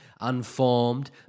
Unformed